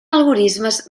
algorismes